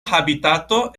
habitato